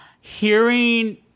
Hearing